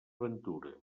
ventura